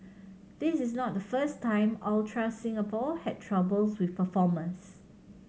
this is not the first time Ultra Singapore had troubles with performers